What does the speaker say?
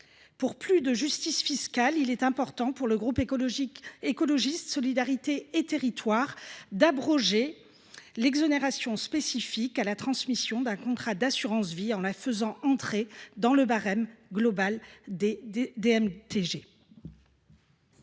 Pour plus de justice fiscale, le groupe Écologiste – Solidarité et Territoires estime important d’abroger l’exonération spécifique à la transmission d’un contrat d’assurance vie en la faisant entrer dans le barème global des DMTG.